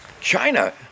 China